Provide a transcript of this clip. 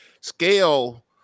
scale